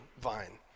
vine